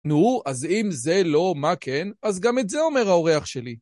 נו, אז אם זה לא מה כן, אז גם את זה אומר האורח שלי.